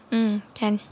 mm can